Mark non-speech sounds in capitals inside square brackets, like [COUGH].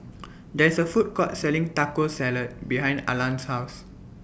[NOISE] There IS A Food Court Selling Taco Salad behind Arlan's House